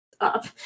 up